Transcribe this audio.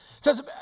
says